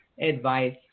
advice